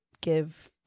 give